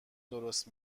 درست